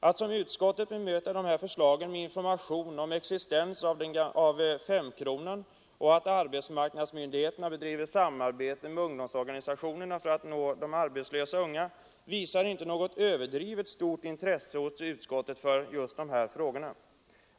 Att som utskottet gör bemöta dessa förslag med information om existensen av femkronan och om att arbetsmarknadsmyndigheterna bedriver samarbete med ungdomsorganisationerna för att nå de arbetslösa ungdomarna visar inte något överdrivet stort intresse hos utskottet för dessa frågor.